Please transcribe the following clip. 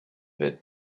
bit